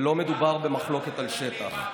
ולא מדובר במחלוקת על שטח.